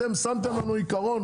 אתם שמתם לנו עקרון